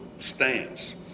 stance